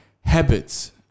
habits